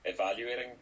Evaluating